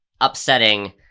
upsetting